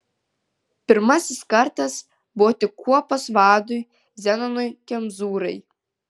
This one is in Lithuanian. pirmasis kartas buvo tik kuopos vadui zenonui kemzūrai